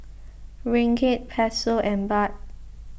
Ringgit Peso and Baht